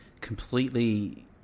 completely